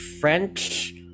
french